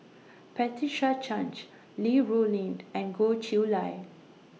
Patricia Chan Li Rulin and Goh Chiew Lye